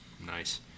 Nice